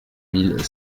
mille